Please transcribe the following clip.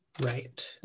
Right